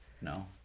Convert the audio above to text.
No